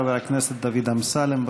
חבר הכנסת דוד אמסלם.